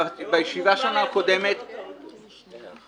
בישיבה הקודמת שלנו